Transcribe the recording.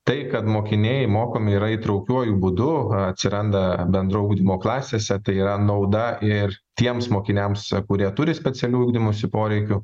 tai kad mokiniai mokomi yra įtraukiuoju būdu atsiranda bendro ugdymo klasėse tai yra nauda ir tiems mokiniams kurie turi specialių ugdymosi poreikių